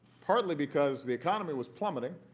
partly because the economy was plummeting.